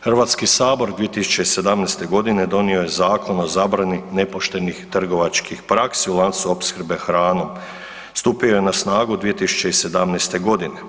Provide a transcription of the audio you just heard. Hrvatski sabor 2017. g. donio je Zakon o zabrani nepoštenih trgovačkih praksi u lancu opskrbe hranom, stupio je na snagu 2017. godine.